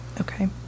Okay